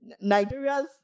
nigeria's